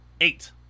eight